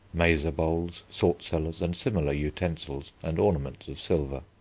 mazer-bowls, salt-cellars and similar utensils and ornaments of silver,